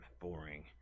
boring